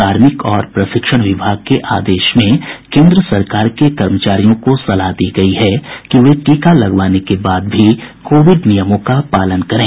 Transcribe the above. कार्मिक और प्रशिक्षण विभाग के आदेश में केन्द्र सरकार के कमर्चारियों को सलाह दी गई है कि वे टीका लगवाने के बाद भी कोविड नियमों का पालन करें